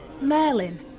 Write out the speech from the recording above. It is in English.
Merlin